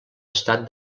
estat